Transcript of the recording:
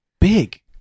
big